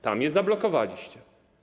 Tam je zablokowaliście.